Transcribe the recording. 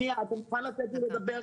מוכנה לתת לי לדבר?